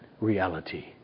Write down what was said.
reality